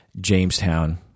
Jamestown